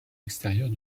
extérieure